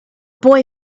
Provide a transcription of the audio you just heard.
boy